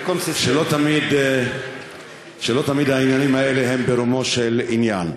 שלא תמיד העניינים האלה הם ברומו של עניין.